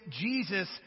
Jesus